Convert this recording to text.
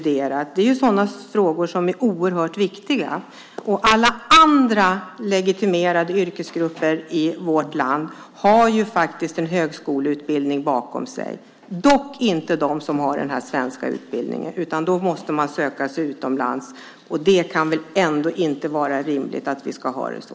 Det är frågor som är oerhört viktiga. Alla andra legitimerade yrkesgrupper i vårt land har en högskoleutbildning bakom sig, dock inte de som har den svenska kiropraktorutbildningen. De måste då söka sig utomlands. Det kan väl ändå inte vara rimligt att vi ska ha det så.